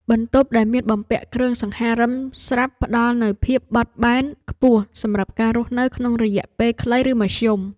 បន្ទប់ដែលមានបំពាក់គ្រឿងសង្ហារិមស្រាប់ផ្ដល់នូវភាពបត់បែនខ្ពស់សម្រាប់ការរស់នៅក្នុងរយៈពេលខ្លីឬមធ្យម។